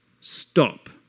stop